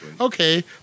okay